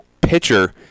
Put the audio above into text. pitcher